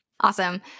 Awesome